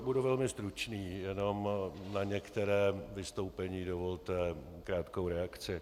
Budu velmi stručný, jen na některá vystoupení dovolte krátkou reakci.